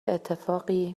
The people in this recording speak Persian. اتفاقی